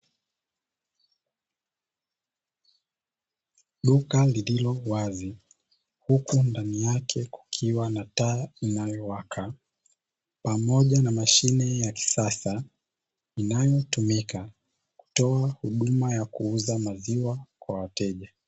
Duka lililo wazi huku ndani yake kukiwa na taa inayowaka pamoja na mashine ya kisasa, inayotumika kutoa huduma ya kuuza maziwa kwa wateja.